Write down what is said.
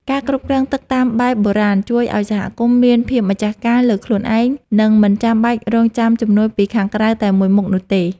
ការគ្រប់គ្រងទឹកតាមបែបបុរាណជួយឱ្យសហគមន៍មានភាពម្ចាស់ការលើខ្លួនឯង និងមិនចាំបាច់រង់ចាំជំនួយពីខាងក្រៅតែមួយមុខនោះទេ។